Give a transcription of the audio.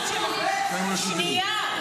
--- שנייה,